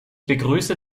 begrüße